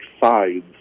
sides